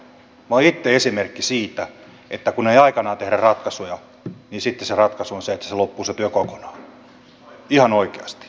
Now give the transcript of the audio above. minä olen itse esimerkki siitä että kun ei aikanaan tehdä ratkaisuja niin sitten se ratkaisu on se että se työ loppuu kokonaan ihan oikeasti